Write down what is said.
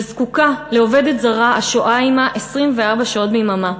וזקוקה לעובדת זרה השוהה עמה 24 שעות ביממה.